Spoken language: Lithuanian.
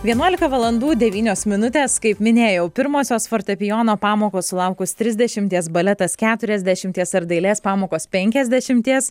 vienuolika valandų devynios minutės kaip minėjau pirmosios fortepijono pamokos sulaukus trisdešimties baletas keturiasdešimties ar dailės pamokos penkiasdešimties